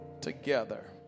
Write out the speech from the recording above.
together